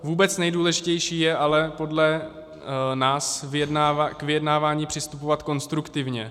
Vůbec nejdůležitější je ale podle nás k vyjednávání přistupovat konstruktivně.